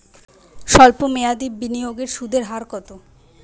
সল্প মেয়াদি বিনিয়োগের সুদের হার কত?